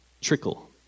trickle